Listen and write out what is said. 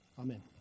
Amen